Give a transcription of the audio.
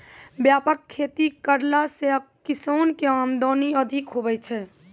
व्यापक खेती करला से किसान के आमदनी अधिक हुवै छै